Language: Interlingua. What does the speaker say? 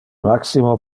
maximo